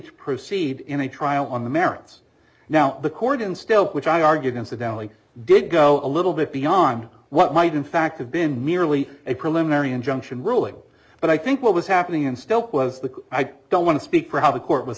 to proceed in a trial on the merits now the court in still which i argued incidentally did go a little bit beyond what might in fact have been merely a preliminary injunction ruling but i think what was happening instead was the i don't want to speak for how the court was